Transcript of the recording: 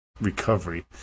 recovery